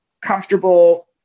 comfortable